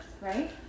right